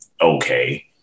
okay